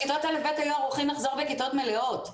היו ערוכים לחזור בכיתות מלאות.